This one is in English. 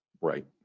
Right